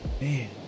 Man